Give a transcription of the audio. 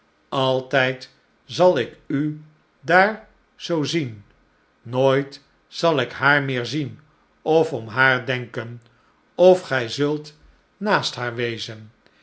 altijd zal ik u daar zoo zien nooit zal ik haar meer zien of om haar denken of gij zult naast haar wezen